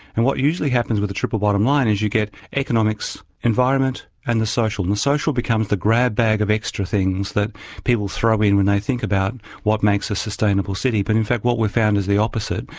and what usually happens with the triple bottom line is you get economics, environment and the social. and the social becomes the grab-bag of extra things that people throw in and they think about what makes a sustainable city. but in fact what we found is the opposite,